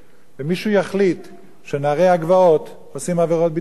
ומישהו יחליט שנערי הגבעות עושים עבירות ביטחון.